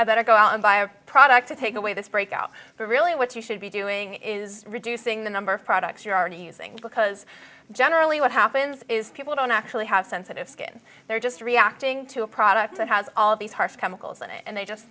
i better go out and buy a product to take away this breakout but really what you should be doing is reducing the number of products you're already using because generally what happens is people don't actually have sensitive skin they're just reacting to a product that has all these harsh chemicals in it and they just